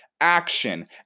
action